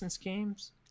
games